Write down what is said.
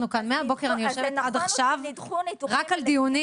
מהבוקר אני יושבת כאן עד עכשיו רק על דיונים